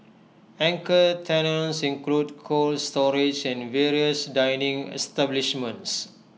anchor tenants include cold storage and various dining establishments